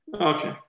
Okay